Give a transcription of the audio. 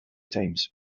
times